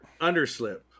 Underslip